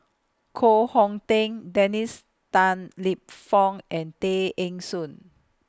Koh Hong Teng Dennis Tan Lip Fong and Tay Eng Soon